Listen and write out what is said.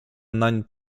nań